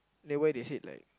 then why they said like